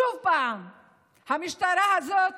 שוב המשטרה הזאת,